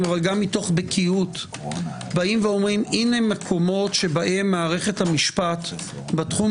אבל גם מתוך בקיאות אומרים: הנה מקומות שבהם מערכת המשפט בתחום